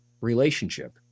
relationship